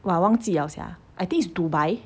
!wah! 忘记 liao sia I think is dubai